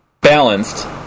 balanced